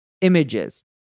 images